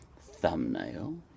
thumbnail